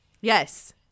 Yes